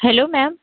hello ma'am